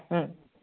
ও